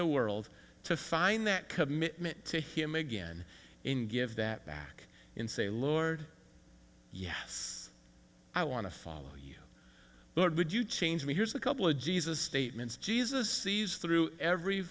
the world to find that commitment to him again in give that back and say lord yes i want to follow you lord would you change me here's a couple of jesus statements jesus sees through every